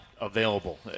available